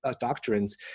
doctrines